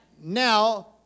Now